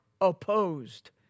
opposed